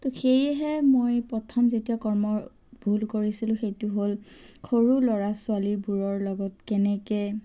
ত' সেয়েহে মই প্ৰথম যেতিয়া কৰ্মত ভুল কৰিছিলো সেইটো হ'ল সৰু ল'ৰা ছোৱালীবোৰৰ লগত কেনেকৈ